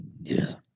Yes